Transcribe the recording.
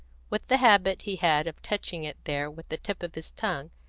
with the habit he had of touching it there with the tip of his tongue,